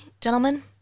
gentlemen